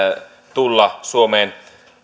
tulla suomeen